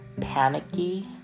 panicky